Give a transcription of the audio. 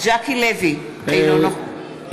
יריב לוין,